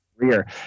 career